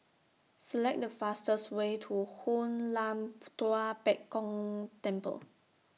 Select The fastest Way to Hoon Lam Tua Pek Kong Temple